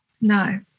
No